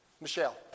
Michelle